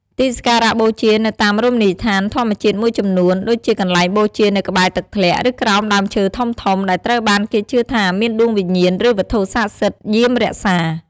ទីសក្ការៈបូជានៅតាមរមណីយដ្ឋានធម្មជាតិមួយចំនួន ដូចជាកន្លែងបូជានៅក្បែរទឹកធ្លាក់ ឬក្រោមដើមឈើធំៗ ដែលត្រូវបានគេជឿថាមានដួងវិញ្ញាណ ឬវត្ថុស័ក្តិសិទ្ធិយាមរក្សា។